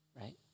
right